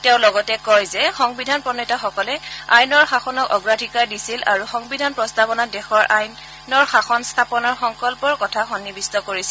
তেওঁ লগতে কয় যে সংবিধান প্ৰণেতাসকলেও আইনৰ শাসনক অগ্ৰাধিকাৰ দিছিল আৰু সংবিধানৰ প্ৰস্তাৱনাত দেশত আইনৰ শাসন স্থাপনৰ সংকল্পৰ কথা সন্নিবিষ্ট কৰিছিল